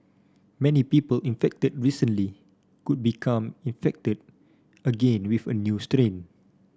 many people infected recently could become infected again with a new strain